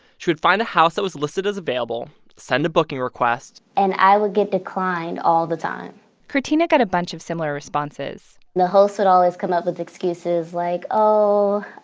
she would find a house that was listed as available, send a booking request. and i would get declined all the time quirtina got a bunch of similar responses the host would always come up with excuses, like, oh,